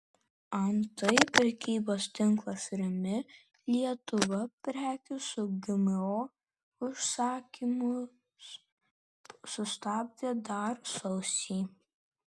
antai prekybos tinklas rimi lietuva prekių su gmo užsakymus sustabdė dar sausį